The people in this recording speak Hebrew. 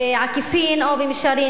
בעקיפין או במישרין,